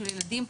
של ילדים,